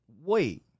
wait